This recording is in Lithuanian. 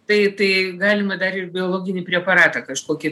tai tai galima dar ir biologinį preparatą kažkokį